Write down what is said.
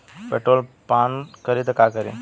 Petrol पान करी त का करी?